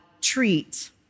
treat